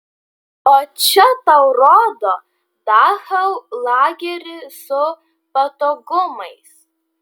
o čia tau rodo dachau lagerį su patogumais